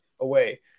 away